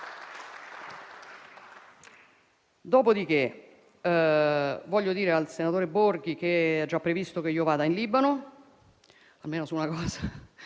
Dopodiché, voglio dire al senatore Borghi che è già previsto che io vada in Libano (almeno su una cosa